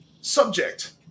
subject